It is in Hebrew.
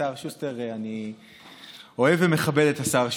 והשר שוסטר, אני אוהב ומכבד את השר שוסטר,